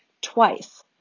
twice